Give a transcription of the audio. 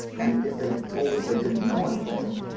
and and if they told us they didn't know anything,